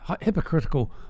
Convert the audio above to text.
hypocritical